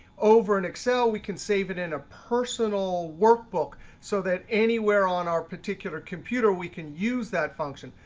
over in excel we can save it in a personal workbook so that anywhere on our particular computer we can use that function.